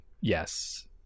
yes